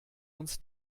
uns